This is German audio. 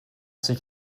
sich